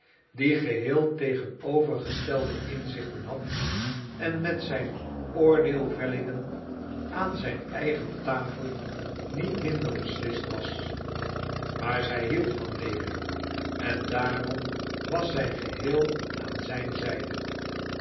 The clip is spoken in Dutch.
die geheel tegenovergestelde inzichten had en met zijn oordeelvellingen aan zijn eigen tafel niet minder beslist was maar zij hield van lewin en daarom was zij geheel aan zijn zijde